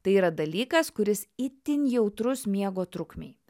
tai yra dalykas kuris itin jautrus miego trukmei